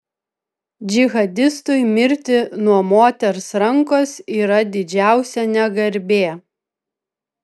džihadistui mirti nuo moters rankos yra didžiausia negarbė